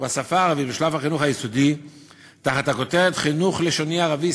בשלב החינוך היסודי תחת הכותרת "חינוך לשוני ערבי,